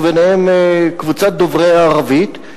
וביניהן קבוצת דוברי הערבית,